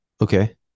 Okay